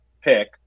pick